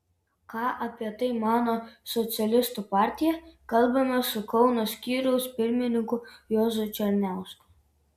ką apie tai mano socialistų partija kalbamės su kauno skyriaus pirmininku juozu černiausku